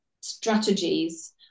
strategies